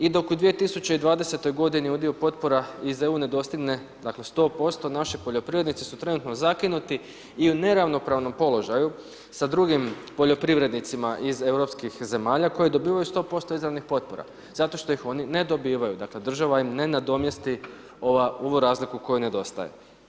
I dok u 2020. godini udio potpora iz EU ne dostigne dakle 100% naši poljoprivrednici su trenutno zakinuti i u neravnopravnom položaju sa drugim poljoprivrednicima iz europskih zemalja koje dobivaju 100% izravnih potpora zato što ih oni ne dobivaju, dakle država im ne nadomjesti ovu razliku koja nedostaje.